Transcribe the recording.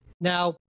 Now